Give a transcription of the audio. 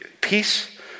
Peace